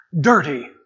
Dirty